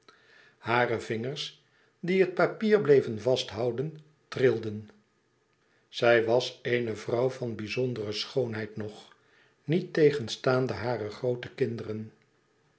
hare vingers die het papier bleven vasthouden trilden zij was eene vrouw van bizondere schoonheid nog niettegenstaande hare groote kinderen